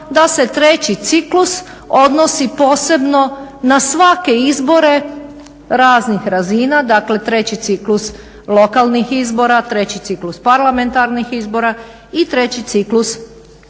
da se treći ciklus odnosi posebno na svake izbore raznih razina. Dakle, treći ciklus lokalnih izbora, treći ciklus parlamentarnih izbora i treći ciklus